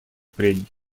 прений